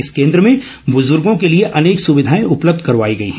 इस केन्द्र में बुजुर्गों के लिए अनेक सुविधाए उपलब्ध करवाई गई हैं